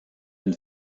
ein